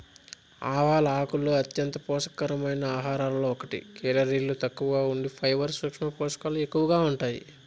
ఆవాల ఆకులు అంత్యంత పోషక కరమైన ఆహారాలలో ఒకటి, కేలరీలు తక్కువగా ఉండి ఫైబర్, సూక్ష్మ పోషకాలు ఎక్కువగా ఉంటాయి